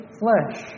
flesh